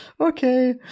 Okay